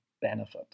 benefit